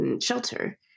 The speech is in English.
shelter